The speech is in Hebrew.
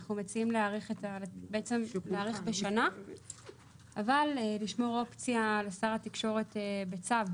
אנחנו מציעים להאריך בשנה אבל לשמור אופציה לשר התקשורת בצו,